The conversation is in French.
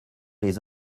les